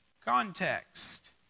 context